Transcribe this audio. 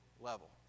level